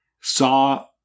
saw